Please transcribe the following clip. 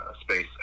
space